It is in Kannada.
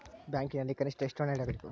ಬ್ಯಾಂಕಿನಲ್ಲಿ ಕನಿಷ್ಟ ಎಷ್ಟು ಹಣ ಇಡಬೇಕು?